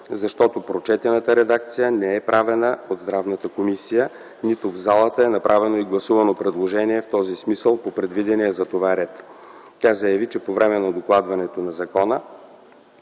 защото прочетената редакция не е правена от Здравната комисия, нито в залата е направено и гласувано предложение в този смисъл по предвидения за това ред. Тя заяви, че по време на докладването на закона